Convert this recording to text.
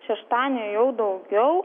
šeštadienį jau daugiau